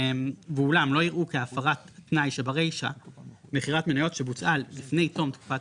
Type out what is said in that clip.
ואולם לא יראו כהפרת התנאי שברישה מכירת מניות שבוצעה לפני תום תקופת